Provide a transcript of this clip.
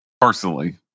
Personally